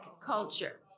culture